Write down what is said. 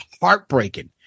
heartbreaking